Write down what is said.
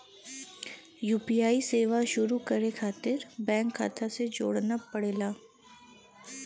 UPI सेवा शुरू करे खातिर बैंक खाता से जोड़ना पड़ला